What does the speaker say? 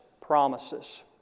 promises